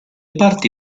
parti